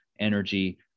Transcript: energy